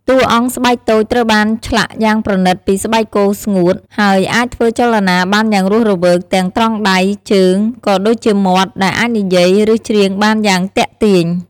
តួអង្គស្បែកតូចត្រូវបានឆ្លាក់យ៉ាងប្រណិតពីស្បែកគោស្ងួត ហើយអាចធ្វើចលនាបានយ៉ាងរស់រវើក ទាំងត្រង់ដៃ ជើង ក៏ដូចជាមាត់ ដែលអាចនិយាយ ឬច្រៀងបានយ៉ាងទាក់ទាញ ។